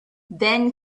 then